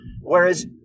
Whereas